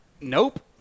Nope